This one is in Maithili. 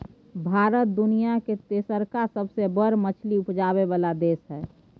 भारत दुनिया के तेसरका सबसे बड़ मछली उपजाबै वाला देश हय